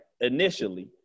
initially